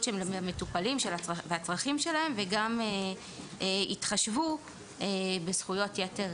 של המטופלים והצרכים שלהם וגם יתחשבו בזכויות יתר